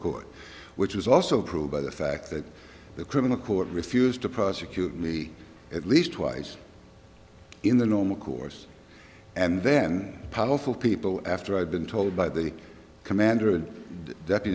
court which was also proved by the fact that the criminal court refused to prosecute me at least twice in the normal course and then powerful people after i've been told by the commander